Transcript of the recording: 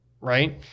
right